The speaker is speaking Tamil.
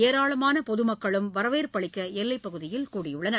ஏராளமான பொதுமக்களும் வரவேற்பளிக்க எல்லைப்பகுதியில் கூடியுள்ளனர்